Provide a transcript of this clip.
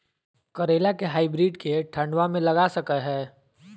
करेला के हाइब्रिड के ठंडवा मे लगा सकय हैय?